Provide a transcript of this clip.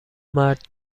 مرد